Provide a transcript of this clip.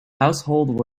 household